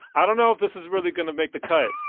i don't know if this is really going to make the cut